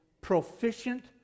proficient